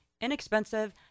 inexpensive